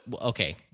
okay